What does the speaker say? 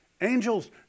Angels